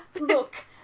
Look